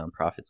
nonprofits